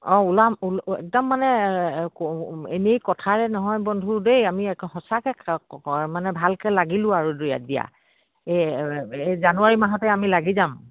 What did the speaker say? অঁ ওলাম একদম মানে এনেই কথাৰে নহয় বন্ধু দেই আমি সঁচাকে মানে ভালকে লাগিলোঁ আৰু দিয়া এই এই জানুৱাৰী মাহতে আমি লাগি যাম